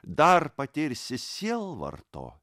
dar patirsi sielvarto